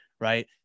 Right